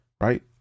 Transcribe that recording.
right